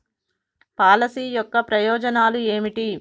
Policy యొక్క ప్రయోజనాలు ఏమిటి?